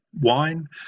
wine